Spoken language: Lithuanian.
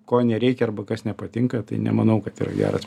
ko nereikia arba kas nepatinka tai nemanau kad yra geras